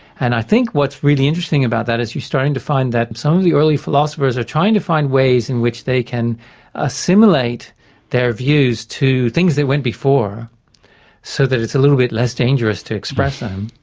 and i think what's really interesting about that is you're starting to find that some of the early philosophers are trying to find ways in which they can assimilate their views to things that went before so that it's a little bit less dangerous to express them,